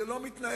זה לא מתנהל.